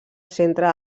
centre